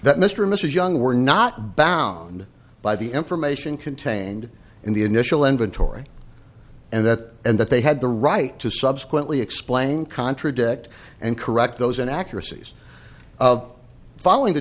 that mr mr young were not bound by the information contained in the initial inventory and that and that they had the right to subsequently explain contradict and correct those in accuracies following the